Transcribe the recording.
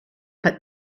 but